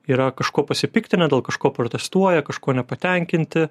yra kažkuo pasipiktinę dėl kažko protestuoja kažkuo nepatenkinti